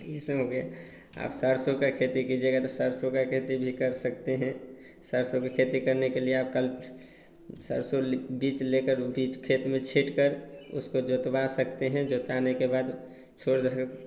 ऐसा हो गया अब सरसों का खेती कीजिएगा तो सरसों का खेती भी कर सकते हैं सरसों की खेती करने के लिए आप कल सरसों ले बीज लेकर बीज खेत में छींटकर उसको जुतवा सकते हैं जुतवाने के बाद छोड़ दे फ़िर